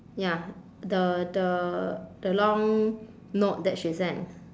ya the the the long note that she sang